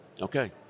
Okay